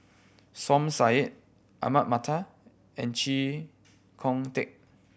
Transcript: Som Said Ahmad Mattar and Chee Kong Tet